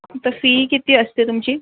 तर फी किती असते तुमची